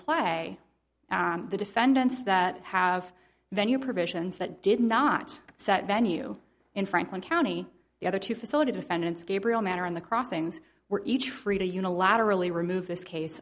play the defendants that have venue provisions that did not set venue in franklin county the other two facility defendants gabriel matter and the crossings were each free to unilaterally remove this case